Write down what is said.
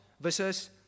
versus